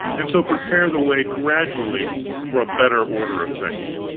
and so prepare the way gradually for a better order of things.